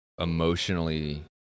emotionally